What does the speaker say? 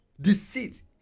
deceit